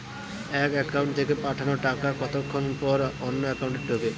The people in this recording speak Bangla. এক একাউন্ট থেকে পাঠানো টাকা কতক্ষন পর অন্য একাউন্টে ঢোকে?